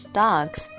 dogs